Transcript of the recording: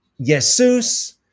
Jesus